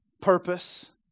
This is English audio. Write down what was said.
Purpose